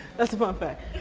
that's a fun fact.